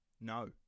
No